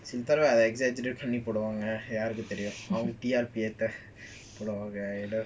exaggerate பண்ணிபோடுவாங்கயாருக்குதெரியும்அவங்க:panni poduvanga yaruku therium avanga trip ah ஏத்த:etha